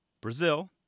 Brazil